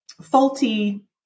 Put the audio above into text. faulty